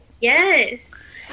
Yes